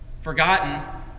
forgotten